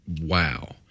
wow